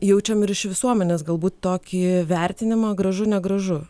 jaučiam ir iš visuomenės galbūt tokį vertinimą gražu negražu